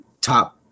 top